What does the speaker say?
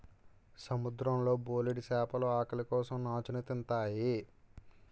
సముద్రం లో బోలెడు చేపలు ఆకలి కోసం నాచుని తింతాయి